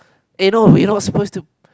eh no we no supposed to